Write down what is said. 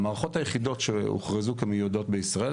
המערכות היחידות שהוכרזו כמיועדות בישראל,